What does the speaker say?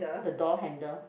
the door handle